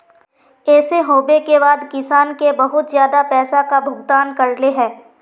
ऐसे होबे के बाद किसान के बहुत ज्यादा पैसा का भुगतान करले है?